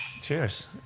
Cheers